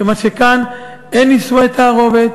כיוון שכאן אין נישואי תערובת,